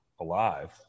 alive